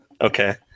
Okay